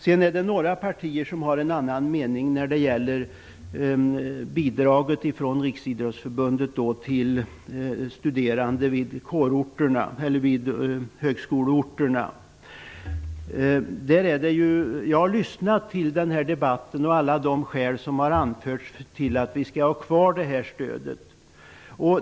Det är några partier som har en avvikande mening när det gäller bidraget från Riksidrottsförbundet till studerande på högskoleorterna. Jag har lyssnat till debatten och alla de skäl som har anförts för att vi skall ha stödet kvar.